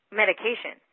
medication